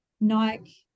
Nike